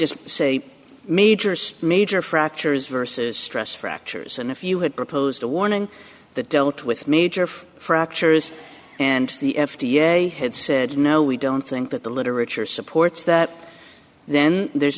just say majors major fractures versus stress fractures and if you had proposed a warning that dealt with major fractures and the f d a had said no we don't think that the literature supports that then there's